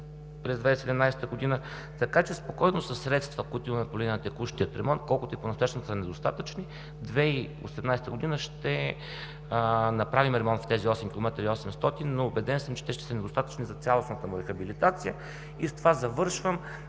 през 2017 г. Така че спокойно със средства, които имаме по линия на текущия ремонт, колкото и понастоящем да са недостатъчни, през 2018 г. ще направим ремонт в тези 8,800 км., но съм убеден, че те ще са недостатъчни за цялостната му рехабилитация и с това завършвам.